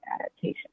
adaptation